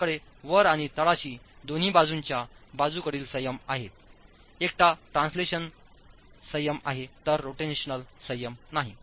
आपल्याकडे वर आणि तळाशी दोन्ही बाजूंच्या बाजूकडील संयम आहेत एकटा ट्रान्सलेशन संयम आहे तर रोटेशनल संयम नाही